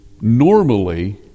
normally